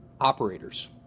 operators